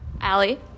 Allie